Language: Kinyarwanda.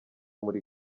muri